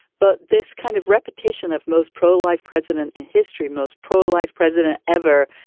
but this kind of repetition of most pro-life president in history, most pro-life president ever.